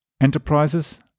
enterprises